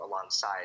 alongside